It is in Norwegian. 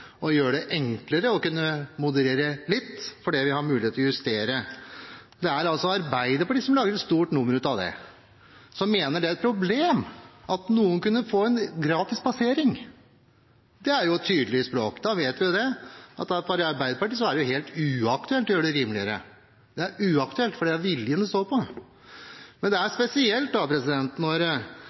å gjøre det enklere å kunne moderere litt, fordi vi har mulighet til å justere. Det er Arbeiderpartiet som gjør et stort nummer av det, som mener det er et problem at noen kunne få en gratis passering. Det er tydelig språk – da vet vi at for Arbeiderpartiet er det helt uaktuelt å gjøre det rimeligere. Det er uaktuelt, for det er viljen det står på. Men det er spesielt når